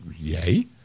yay